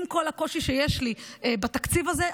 עם כל הקושי שיש לי עם התקציב הזה,